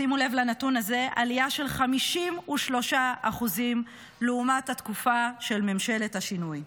שימו לב לנתון הזה עלייה של 53% לעומת התקופה של ממשלת השינוי.